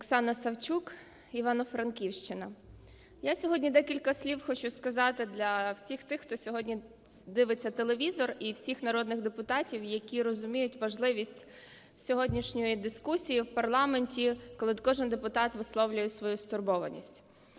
Я сьогодні декілька слів хочу сказати для всіх тих, хто сьогодні дивиться телевізор, і всіх народних депутатів, які розуміють важливість сьогоднішньої дискусії в парламенті, коли кожен депутат висловлює свою стурбованість.